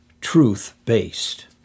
truth-based